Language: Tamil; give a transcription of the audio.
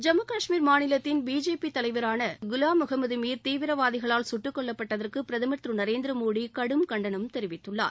ஜம்மு கஷ்மீர் மாநிலத்தின் பிஜேபி தலைவரான குலாம் முகமது மீர் தீவிரவாதிகளால் கட்டுக்கொல்லப்பட்டதற்கு பிரதமர் திரு நரேந்திரமோடி கடும் கண்டனம் தெரிவித்துள்ளார்